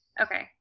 Okay